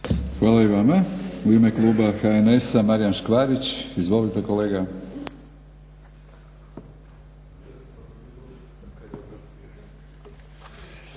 Hvala i vama. U ime kluba HNS-a Marijan Škvarić. Izvolite kolega.